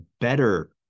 better